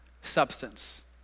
substance